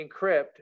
encrypt